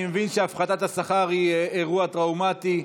אני מבין שהפחתת השכר היא אירוע טראומטי,